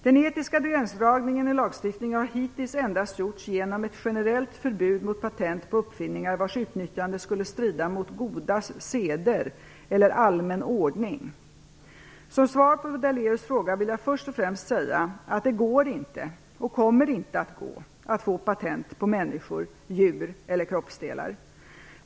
Den etiska gränsdragningen i lagstiftningen har hittills endast gjorts genom ett generellt förbud mot patent på uppfinningar vars utnyttjande skulle strida mot goda seder eller allmän ordning. Som svar på Lennart Daléus fråga vill jag först och främst säga att det går inte - och kommer inte att gå - att få patent på människor, djur eller kroppsdelar.